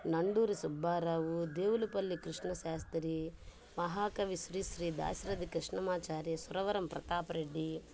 నండూరి సుబ్బారావు దేవులపల్లి కృష్ణశాస్త్రి మహాకవి శ్రీశ్రీ దాశరథి కృష్ణమాచారి సురవరం ప్రతాప రెడ్డి